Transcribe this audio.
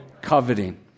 coveting